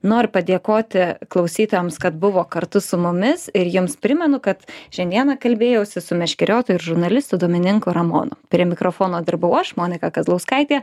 noriu padėkoti klausytojams kad buvo kartu su mumis ir jiems primenu kad šiandieną kalbėjausi su meškeriotoju ir žurnalistu domininku ramonu prie mikrofono dirbau aš monika kazlauskaitė